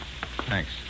Thanks